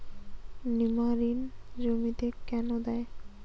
নিমারিন জমিতে কেন দেয়?